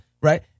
right